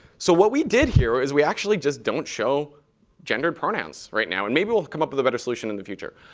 so what we did here is we actually just don't show gender pronouns right now. and maybe we'll come up with a better solution in the future.